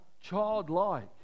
childlike